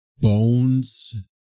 bones